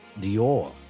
Dior